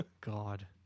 God